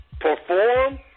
perform